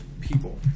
people